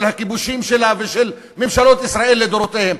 הכיבושים שלה ושל ממשלות ישראל לדורותיהן,